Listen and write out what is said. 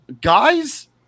guys –